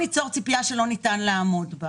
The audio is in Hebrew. ציפייה שלא ניתן לעמוד בה",